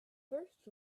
first